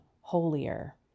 holier